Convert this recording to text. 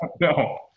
No